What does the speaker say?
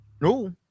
No